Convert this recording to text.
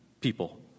people